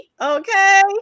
Okay